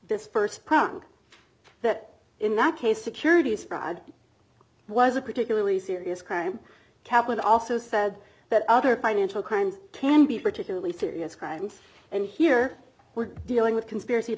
st prong that in that case securities fraud was a particularly serious crime cap would also said that other financial crimes can be particularly serious crimes and here we're dealing with conspiracy